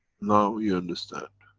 now you understand.